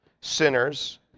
sinners